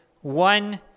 one